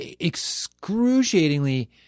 excruciatingly